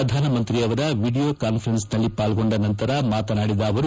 ಪ್ರಧಾನ ಮಂತ್ರಿ ಅವರ ವಿಡಿಯೋ ಕಾನ್ಫರೆನ್ಸನಲ್ಲಿ ಪಾಲ್ಗೊಂಡ ನಂತರ ಮಾತನಾಡಿದ ಅವರು